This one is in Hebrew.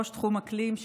ראש תחום אקלים,